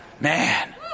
Man